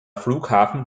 flughafen